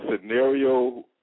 scenario